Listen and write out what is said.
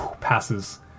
passes